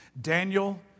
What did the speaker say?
Daniel